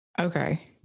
okay